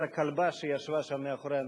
את הכלבה שישבה שם מאחורי המחיצה.